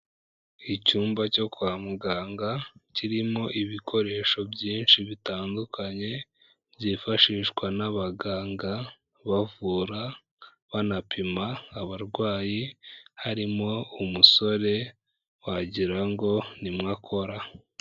Icyumba cyo kwa muganga kirimo ibikoresho byinshi bitandukanye byifashishwa n'abaganga bavura, banapima abarwayi, harimo umusore wagira ngo ni mo akora.